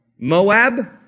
Moab